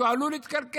כי הוא עלול להתקלקל,